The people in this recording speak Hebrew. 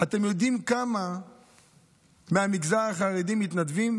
אתם יודעים כמה מהמגזר החרדי מתנדבים?